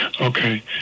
Okay